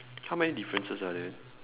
how many differences are there